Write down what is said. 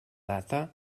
data